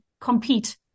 compete